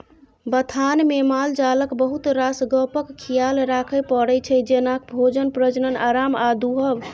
बथानमे मालजालक बहुत रास गप्पक खियाल राखय परै छै जेना भोजन, प्रजनन, आराम आ दुहब